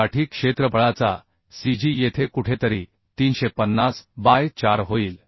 साठी क्षेत्रफळाचा cg येथे कुठेतरी 350 बाय 4 होईल